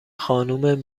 خانم